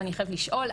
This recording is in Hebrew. אבל אני חייבת לשאול.